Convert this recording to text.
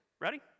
Ready